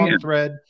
thread